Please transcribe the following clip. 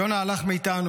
יונה הלך מאיתנו,